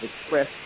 express